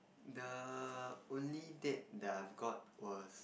the only date that I've got was